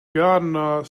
gardener